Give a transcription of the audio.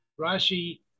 Rashi